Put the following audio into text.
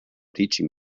teaching